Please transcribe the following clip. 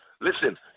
Listen